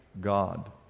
God